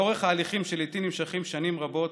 לאורך ההליכים, שלעיתים נמשכים שנים רבות,